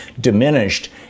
diminished